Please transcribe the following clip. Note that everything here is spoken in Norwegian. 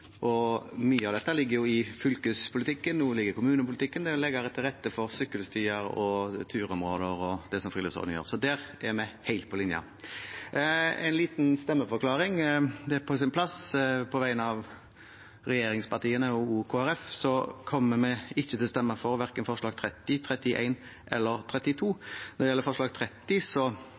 Mye av dette ligger i fylkespolitikken, og noe ligger i kommunepolitikken, ved å legge til rette for sykkelstier og turmål og friluftsordninger. Så der er vi helt på linje. En liten stemmeforklaring – det er på sin plass – på vegne av regjeringspartiene og Kristelig Folkeparti: Vi kommer ikke til å stemme for verken forslag nr. 30, 31 eller 32. Når det gjelder forslag nr. 30,